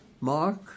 Mark